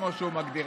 כמו שהוא מגדיר,